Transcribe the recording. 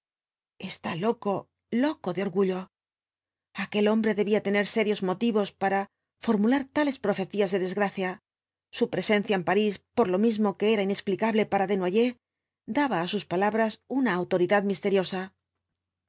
está loco loco df orgullo aquel hombre debía tener serios motivos para formular tales profecías de desgracia su presencia en parís por lo mismo que era inexplicable para desnoyers daba á sus palabras una autoridad misteriosa